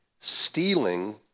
stealing